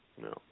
No